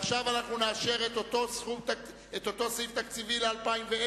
עכשיו נאשר את אותו סעיף תקציבי ל-2010.